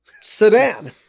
Sedan